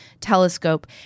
telescope